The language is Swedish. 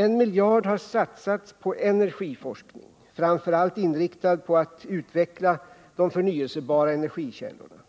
En miljard har satsats på energiforskning, framför allt inriktad på att utveckla de förnyelsebara energikällorna.